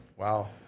Wow